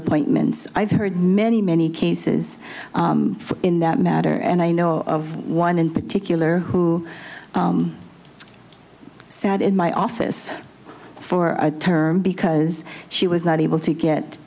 appointments i've heard many many cases in that matter and i know of one in particular who sat in my office for a term because she was not able to get